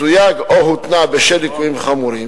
סויג או הותנה בשל ליקויים חמורים,